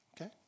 Okay